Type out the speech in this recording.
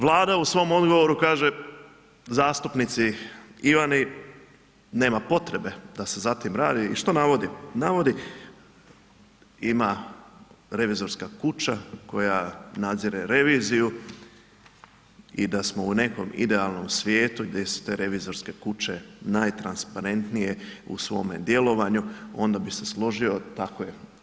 Vlada u svom odgovoru kaže zastupnici i oni nema potrebe da se za tim radi, i što navodi, navodi ima revizorska kuća koja nadzire reviziju i da smo u nekom idealnom svijetu gdje su te revizorske kuće najtransparentnije u svome djelovanju onda bi se složio, tako je.